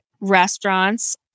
restaurants